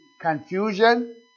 Confusion